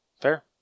Fair